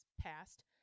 passed